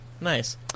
Nice